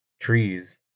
trees